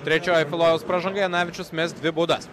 trečioji tulojaus pražanga janavičius mes dvi baudas